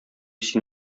син